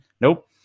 nope